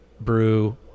brew